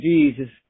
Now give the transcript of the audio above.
Jesus